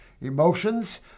emotions